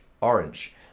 orange